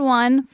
one